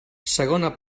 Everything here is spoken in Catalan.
segona